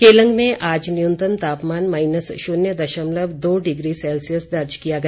केलंग में आज न्यूनतम तापमान माईनस शुन्य दशमलब दो डिग्री सेल्सियस दर्ज किया गया